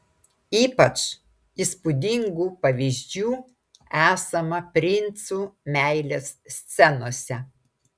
ypač įspūdingų pavyzdžių esama princų meilės scenose